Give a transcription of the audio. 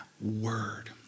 word